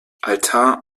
altar